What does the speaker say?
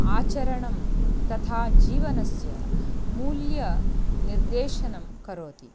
आचरणं तथा जीवनस्य मूल्यनिर्देशनं करोति